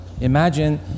Imagine